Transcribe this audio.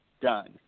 done